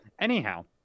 Anyhow